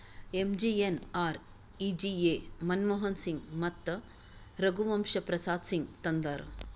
MGNREGA Manmohan Singh ಮತ್ತ ರಘುವಂಶ ಪ್ರಸಾದ್ ಸಿಂಗ್ ತಂದಾರ್